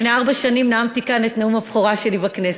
לפני ארבע שנים נאמתי כאן את נאום הבכורה שלי בכנסת.